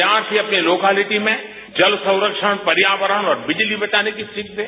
विद्यार्थी अपनी लोकेलिटी मेंजन संरक्षण पर्यावरण और बिजली बचाने की सीख दें